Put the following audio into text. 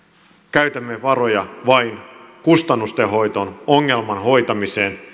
käytämme varoja vain kustannusten hoitoon ongelman hoitamiseen